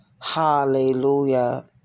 Hallelujah